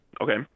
Okay